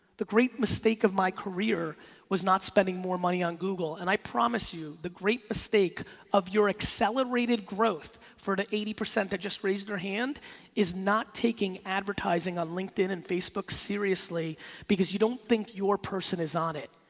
the great mistake of my career was not spending more money on google and i promise you the great mistake of your accelerated growth for the eighty percent that just raised their hand is not taking advertising on ah linkedin and facebook seriously because you don't think your person is on it,